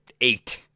eight